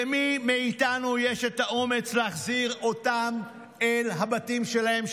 למי מאיתנו יש את האומץ להחזיר אותם אל הבתים שלהם,